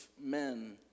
men